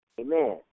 Amen